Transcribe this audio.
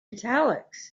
italics